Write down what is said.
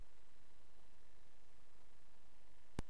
שיש איזו בשורה, אדוני